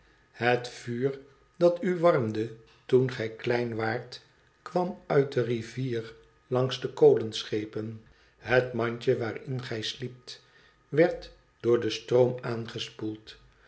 het vuur dat u warmde toen gij klein waart kwam uit de rivier langs de kolenschepen het mandje waarin gij sliept werd door den stroom aangespoeld